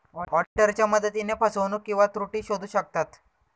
ऑडिटरच्या मदतीने फसवणूक किंवा त्रुटी शोधू शकतात